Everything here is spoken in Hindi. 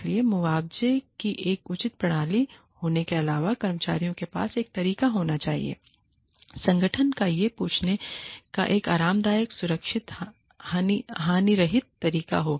इसलिए मुआवजे की एक उचित प्रणाली होने के अलावा कर्मचारियों के पास एक तरीका होना चाहिए संगठन का यह पूछने का एक आरामदायक सुरक्षित हानिरहित तरीका हो